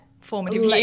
formative